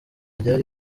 byari